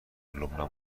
لبنان